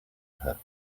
her